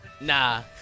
Nah